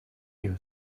you